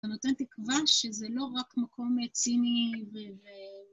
אתה נותן תקווה שזה לא רק מקום ציני ו...